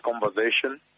conversation